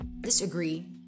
Disagree